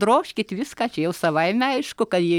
drožkit viską čia jau savaime aišku kad jei